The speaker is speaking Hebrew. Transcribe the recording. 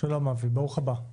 שלום אבי, ברוך הבא.